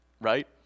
right